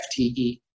FTE